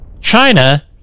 China